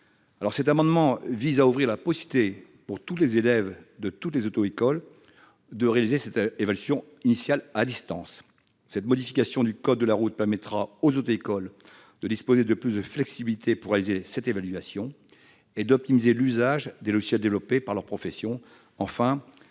Cet amendement vise à ouvrir la possibilité pour tous les élèves de toutes les auto-écoles de réaliser cette évaluation initiale à distance. Cette modification du code de la route permettra aux auto-écoles de disposer de plus de flexibilité pour réaliser cette évaluation et d'optimiser l'usage des logiciels développés par la profession.